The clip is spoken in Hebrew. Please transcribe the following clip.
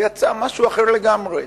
ויצא משהו אחר לגמרי.